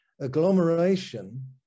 agglomeration